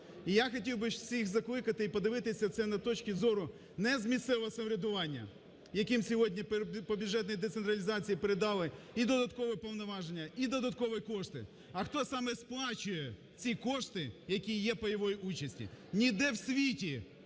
І я хотів би всіх закликати і подивитися це на точці зору, не з місцевого самоврядування, яким сьогодні по бюджетній децентралізації передали і додаткові повноваження, і додаткові кошти, а хто саме сплачує ці кошти, які є в пайовій участі. Ніде в світі